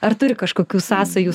ar turi kažkokių sąsajų